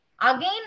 again